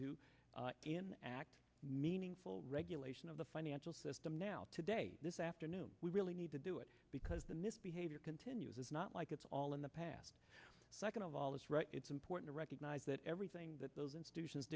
to act meaningful regulation of the financial system now today this afternoon we really need to do it because the misbehavior continues it's not like it's all in the past second of all it's right it's important to recognize that everything that those institutions